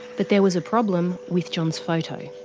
but there was a problem with john's photo.